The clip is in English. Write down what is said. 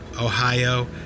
Ohio